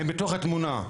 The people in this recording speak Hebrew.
הם בתוך התמונה.